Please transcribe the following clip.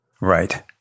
Right